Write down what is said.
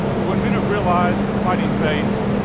but when men have realized and fighting faiths,